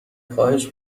خواهش